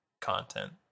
content